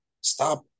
stop